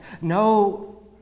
no